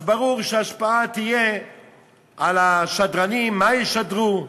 אז ברור שתהיה השפעה על השדרנים, מה ישדרו,